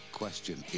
question